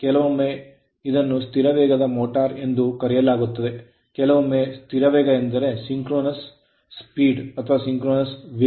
ಕೆಲವೊಮ್ಮೆ ಇದನ್ನು ಸ್ಥಿರ ವೇಗದ ಮೋಟರ್ ಎಂದು ಕರೆಯಲಾಗುತ್ತದೆ ಕೆಲವೊಮ್ಮೆ ಸ್ಥಿರ ವೇಗ ಎಂದರೆ ಸಿಂಕ್ರೋನಸ್ ವೇಗ